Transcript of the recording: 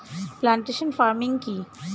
Plantation farming কি?